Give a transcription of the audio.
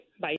Bye